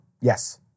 Yes